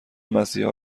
مسیحا